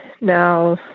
now